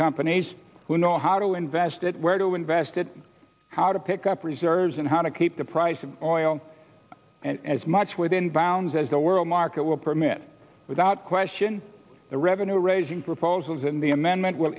companies who know how to invest it where to invest it how to pick up reserves and how to keep the price of oil and as much within bounds as the world market will permit without question the revenue raising proposals in the amendment will